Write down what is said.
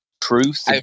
Truth